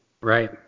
right